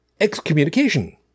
excommunication